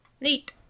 Neat